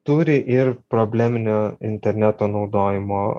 turi ir probleminio interneto naudojimo